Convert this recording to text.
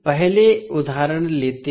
पहले उदाहरण लेते हैं